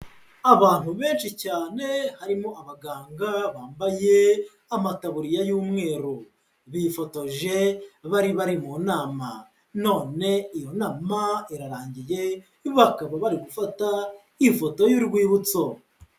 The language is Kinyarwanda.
Abantu benshi cyane harimo abaganga bambaye amataburiya y’umweru, bifotoje bari bari mu nama none iyo nama irarangiye, bakaba bari gufata ifoto y'urwibutso.